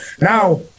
Now